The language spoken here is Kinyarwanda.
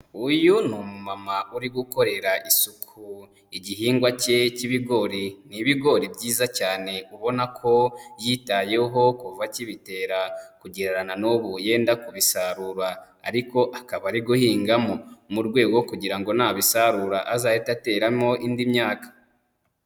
Uyu ni umumama uri gukorera isuku igihingwa cye cy'ibigori, ni ibigori byiza cyane ubona ko yitayeho kuva akibitera kugera na n'ubu yenda kubisarura ariko akaba ari guhingamo, mu rwego rwo kugira ngo nabisarura azahite ateramo indi myaka.